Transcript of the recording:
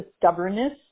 stubbornness